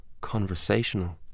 conversational